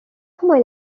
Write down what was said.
সময়